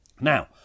Now